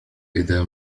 إذا